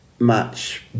match